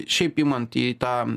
šiaip imant į tą